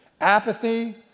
apathy